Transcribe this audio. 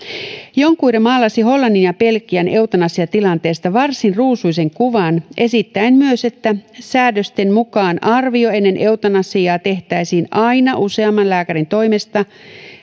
jonquiere maalasi hollannin ja belgian eutanasiatilanteesta varsin ruusuisen kuvan esittäen myös että säädösten mukaan arvio ennen eutanasiaa tehtäisiin aina useamman lääkärin toimesta